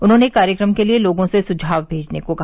उन्होंने कार्यक्रम के लिए लोगों से सुझाव भेजने को कहा